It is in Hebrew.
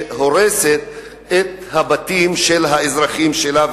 שהורסת את הבתים של האזרחים שלה,